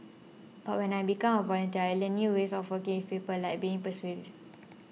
but when I became a volunteer I learnt new ways of working with people like being persuasive